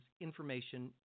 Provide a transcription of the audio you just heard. information